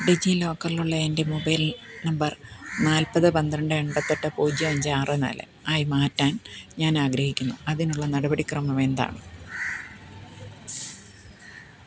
ഡിജിലോക്കറിലുള്ള എൻ്റെ mobile number നാൽപ്പത് പന്ത്രണ്ട് എൺപതെട്ട് പൂജ്യം അഞ്ച് ആറ് നാല് ആയി മാറ്റാൻ ഞാൻ ആഗ്രഹിക്കുന്നു അതിനുള്ള നടപടിക്രമം എന്താണ്